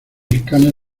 escáner